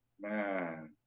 Man